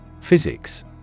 Physics